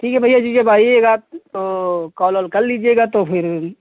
ठीक है भैया जी जब आइएगा तो कॉल वाल कर लीजिएगा तो फिर